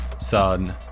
son